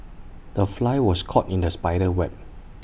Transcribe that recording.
the fly was caught in the spider's web